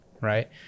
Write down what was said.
right